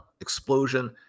explosion